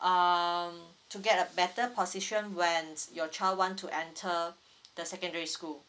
um to get a better position when your child want to enter the secondary school